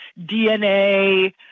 DNA